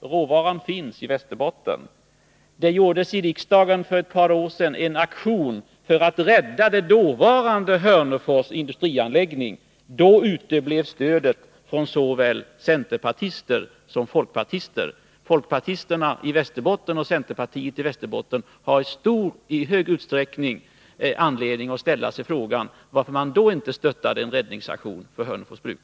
Råvaran finns i Västerbotten. För ett par år sedan genomförde man från Hörnefors en aktion i riksdagshuset för att rädda den dåvarande industrianläggningen i Hörnefors. Då uteblev stödet från såväl centerpartister som folkpartister. Folkpartisterna och centerpartisterna i Västerbotten har i stor utsträckning anledning att fråga sig varför de då inte stödde räddningsaktionen för Hörnefors bruk.